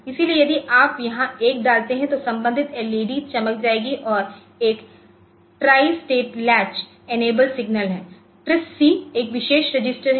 इसलिए यदि आप यहां 1 डालते हैं तो संबंधित एलईडी चमक जाएगी और एक tri state latch enable signal है टीआरआईएससी एक विशेष रजिस्टर है